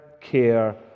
care